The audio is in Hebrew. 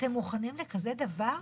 אתם מוכנים לכזה דבר,